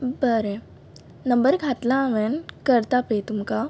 बरें नंबर घातला हांवेन करता पे तुमकां